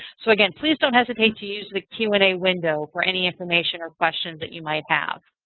so again, please don't hesitate to use the q and a window for any information or questions that you might have.